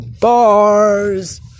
bars